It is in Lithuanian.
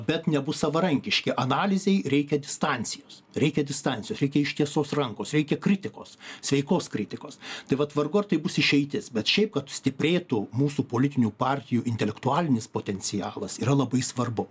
bet nebus savarankiški analizei reikia distancijos reikia distancijos reikia ištiestos rankos reikia kritikos sveikos kritikos tai vat vargu ar tai bus išeitis bet šiaip kad stiprėtų mūsų politinių partijų intelektualinis potencialas yra labai svarbu